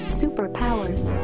superpowers